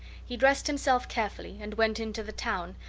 he dressed himself carefully, and went into the town,